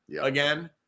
again